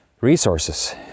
resources